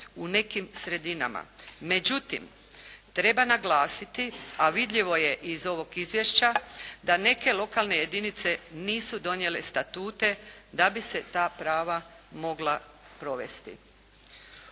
u nekim sredinama. Međutim, treba naglasiti a vidljivo je i iz ovog Izvješća da neke lokalne jedinice nisu donijele statute da bi se ta prava mogla provesti.